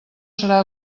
serà